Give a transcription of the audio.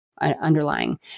underlying